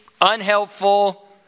unhelpful